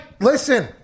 Listen